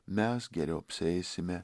mes geriau apsieisime